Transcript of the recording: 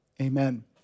Amen